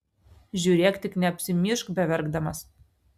žiūrėk tik neapsimyžk beverkdamas